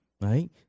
right